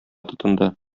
тотынды